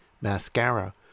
mascara